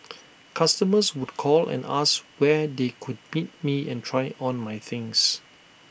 customers would call and ask where they could meet me and try on my things